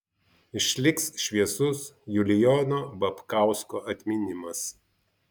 išliks šviesus julijono babkausko atminimas